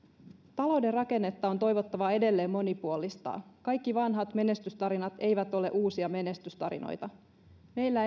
talouden rakennetta on toivottavaa edelleen monipuolistaa kaikki vanhat menestystarinat eivät ole uusia menestystarinoita meillä